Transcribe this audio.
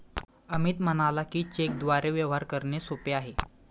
अमित म्हणाला की, चेकद्वारे व्यवहार करणे सोपे आहे